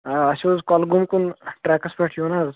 آ اَسہِ اوس کۄلگوم کُن ٹریکس پٮ۪ٹھ یُن حظ